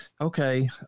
okay